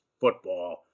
football